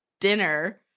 dinner